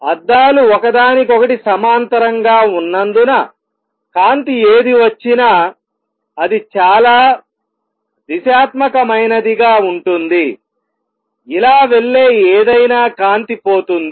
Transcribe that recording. అద్దాలు ఒకదానికొకటి సమాంతరంగా ఉన్నందున కాంతి ఏది వచ్చినా అది చాలా దిశాత్మకమైనదిగా ఉంటుందిఇలా వెళ్ళే ఏదైనా కాంతి పోతుంది